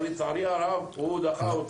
אבל לצערי הרב הוא דחה אותי.